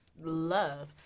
love